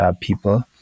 people